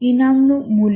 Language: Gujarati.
ઈનામનું મૂલ્ય